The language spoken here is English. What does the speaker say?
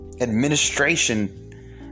administration